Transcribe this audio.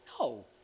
No